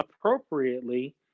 appropriately